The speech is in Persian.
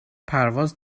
پرواز